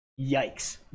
yikes